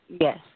Yes